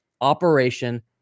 Operation